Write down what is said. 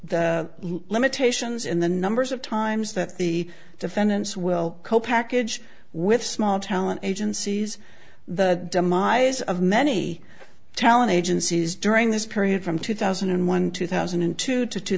the limitations in the numbers of times that the defendants will cope package with small town agencies the demise of many talent agencies during this period from two thousand and one two thousand and two to two